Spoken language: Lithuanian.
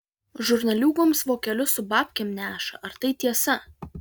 žurnaliūgoms vokelius su babkėm neša ar tai tiesa